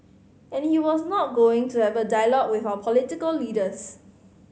and he was not going to have a dialogue with our political leaders